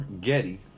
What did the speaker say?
Getty